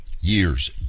years